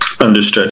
Understood